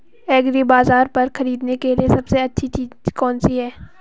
एग्रीबाज़ार पर खरीदने के लिए सबसे अच्छी चीज़ कौनसी है?